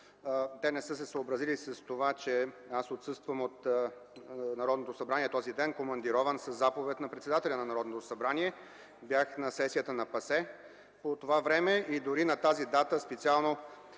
те не са се съобразили с това, че отсъствам от Народното събрание този ден, командирован със заповед на председателя на Народното събрание. Бях на сесията на ПАСЕ по това време и дори на тази дата специално